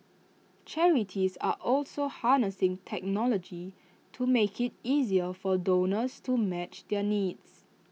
charities are also harnessing technology to make IT easier for donors to match their needs